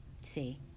see